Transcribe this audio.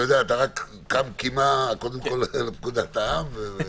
אתה רק קם קימה קודם כל לפקודת העם.